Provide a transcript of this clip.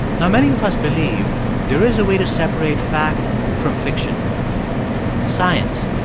now, many of us believe there is a way to separate fact from fiction science.